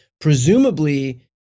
presumably